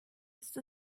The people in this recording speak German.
ist